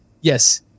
Yes